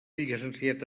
llicenciat